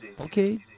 okay